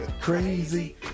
crazy